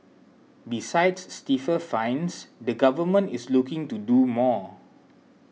besides stiffer fines the Government is looking to do more